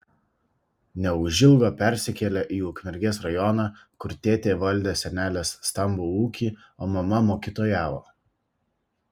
neužilgo persikėlė į ukmergės rajoną kur tėtė valdė senelės stambų ūkį o mama mokytojavo